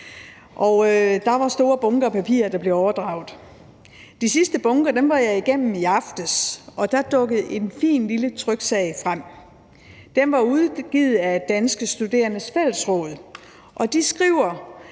der var store bunker af papirer, der blev overdraget. De sidste bunker var jeg igennem i aftes, og der dukkede en fin lille tryksag frem. Den var udgivet af Danske Studerendes Fællesråd, og de skriver,